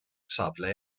safle